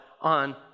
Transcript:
on